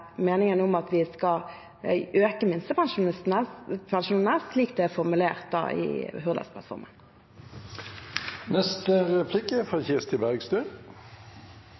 meningen om at vi skal øke minstepensjonistenes pensjoner, slik det er formulert i